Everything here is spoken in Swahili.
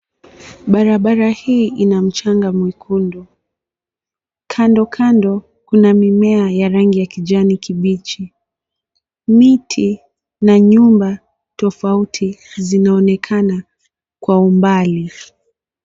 Barabara hii inamchanga mwekundu, kando kando kuna mimea ya rangi kijani ya kibichi. Miti na nyumba tofauti zinaonekana kwa umbali.